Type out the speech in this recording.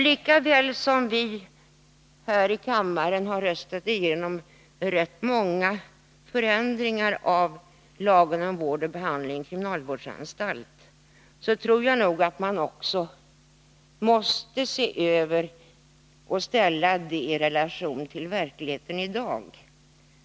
Lika väl som det här i kammaren har röstats igenom rätt många ändringar i lagen om vård och behandling inom kriminalvårdsanstalt tror jag att man måste se över häktningsutredningens förslag och ställa dem i relation till verkligheten idag.